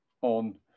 on